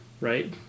right